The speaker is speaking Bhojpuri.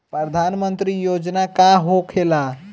प्रधानमंत्री योजना का होखेला?